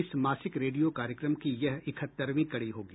इस मासिक रेडियो कार्यक्रम की यह इकहत्तरवीं कड़ी होगी